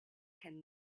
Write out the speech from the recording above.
can